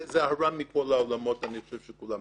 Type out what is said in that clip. זה הרע מכל העולמות, אני חושב שכולם